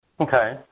Okay